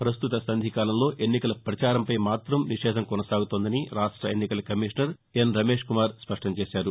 ప్రస్తుత సంధికాలంలో ఎన్నికల ప్రచారంపై మాత్రం నిషేధం కొనసాగుతోందని రాష్ట ఎన్నికల కమిషనర్ నిమ్మగడ్డ రమేశ్కుమార్ స్పష్టం చేశారు